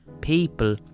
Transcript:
People